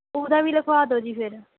ਉਹਦਾ ਵੀ ਲਿਖਵਾ ਦਿਓ ਜੀ ਫਿਰ